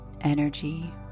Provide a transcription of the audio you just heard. energy